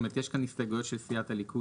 זאת אומרת יש כאן הסתייגויות של סיעת הליכוד,